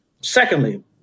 Secondly